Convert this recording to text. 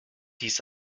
dies